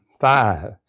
five